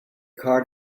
car